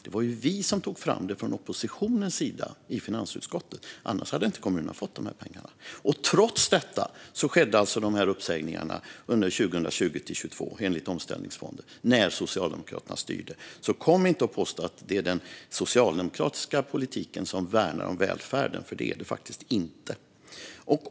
Det var vi som tog fram det från oppositionens sida i finansutskottet. Annars hade inte kommunerna fått de här pengarna. Trots detta skedde alltså de här uppsägningarna under 2020-2022, enligt Omställningsfonden - när Socialdemokraterna styrde, så kom inte och påstå att det är den socialdemokratiska politiken som värnar välfärden! Det är det faktiskt inte.